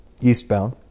eastbound